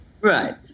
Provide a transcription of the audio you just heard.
right